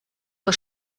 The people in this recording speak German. vor